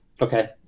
Okay